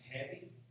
heavy